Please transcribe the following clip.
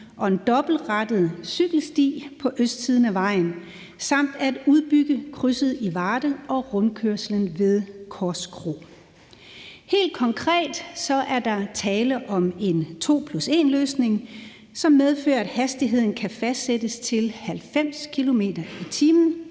og en dobbeltrettet cykelsti på østsiden af vejen samt at udbygge krydset i Varde og rundkørslen ved Korskro. Helt konkret er der tale om en to plus en-løsning, som medfører, at hastigheden kan fastsættes til 90 km/t.